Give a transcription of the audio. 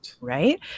Right